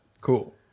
cool